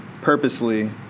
purposely